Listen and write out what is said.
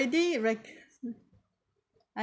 ready re~ mm I